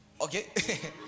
Okay